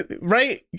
right